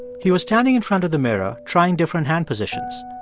he was standing in front of the mirror trying different hand positions.